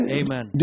amen